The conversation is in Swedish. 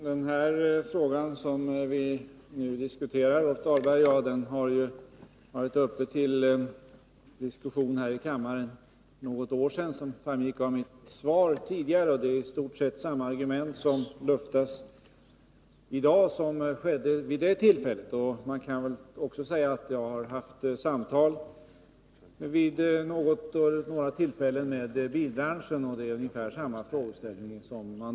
Herr talman! Den fråga som Rolf Dahlberg och jag nu diskuterar var uppe till diskussion här i kammaren för något år sedan, något som framgick av mitt svar. Det är i stort sett samma argument som luftas i dag och då. Jag har haft samtal vid några tillfällen med bilbranschens företrädare, och jag har då mött ungefär samma frågeställning.